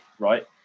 Right